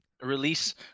Release